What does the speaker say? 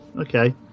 okay